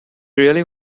really